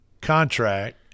contract